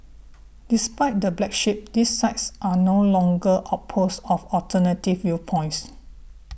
despite the black sheep these sites are no longer outposts of alternative viewpoints